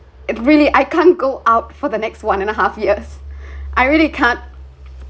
it really I can't go out for the next one and a half years I really can't